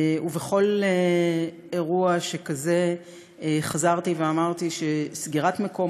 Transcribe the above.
ובכל אירוע שכזה חזרתי ואמרתי שסגירת מקום